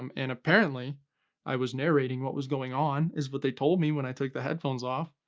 um and apparently i was narrating what was going on, is what they told me when i took the headphones off.